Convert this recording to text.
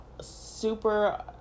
super